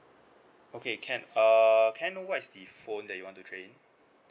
okay can err can I know what is the phone that you want to trade in